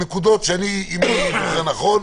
אם אני זוכר נכון,